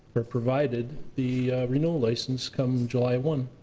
or provided the renewal license come july one.